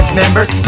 members